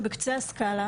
שבקצה הסקלה,